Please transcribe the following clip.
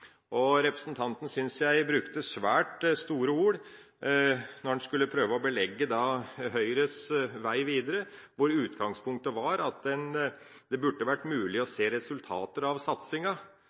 brukte svært store ord da han skulle prøve å belegge Høyres vei videre, hvor utgangspunktet var at det burde vært mulig å se resultater av satsinga.